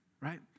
right